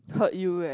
heard you eh